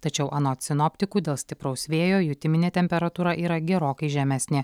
tačiau anot sinoptikų dėl stipraus vėjo jutiminė temperatūra yra gerokai žemesnė